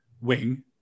wing